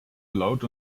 laut